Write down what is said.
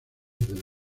del